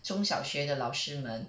从小学的老师们